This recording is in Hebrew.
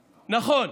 נכון,